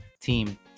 team